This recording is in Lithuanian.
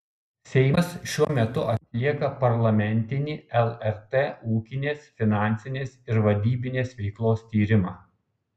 seimas šiuo metu atlieka parlamentinį lrt ūkinės finansinės ir vadybinės veiklos tyrimą